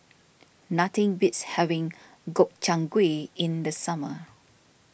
nothing beats having Gobchang Gui in the summer